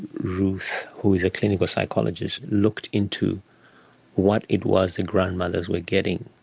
ruth, who is a clinical psychologist, looked into what it was the grandmothers were getting,